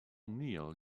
neil